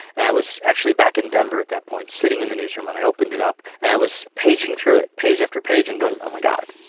and i was actually back in denver at that point, sitting in the newsroom, when i opened it up, and i was paging through it. page after page, and going oh my god,